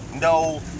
no